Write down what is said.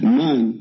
man